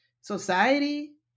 society